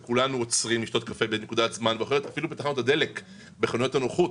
בתחנות הדלק ובחנויות הנוחות,